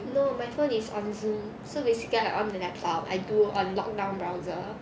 no my phone is on Zoom so basically I on the laptop I do on lockdown browser